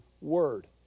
Word